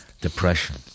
Depression